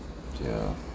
yeah